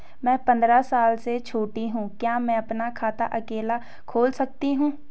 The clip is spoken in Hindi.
मैं पंद्रह साल से छोटी हूँ क्या मैं अपना खाता अकेला खोल सकती हूँ?